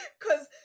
Cause